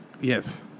Yes